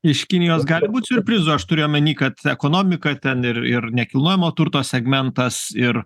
iš kinijos gali būt siurprizų aš turiu omeny kad ekonomika ten ir ir nekilnojamo turto segmentas ir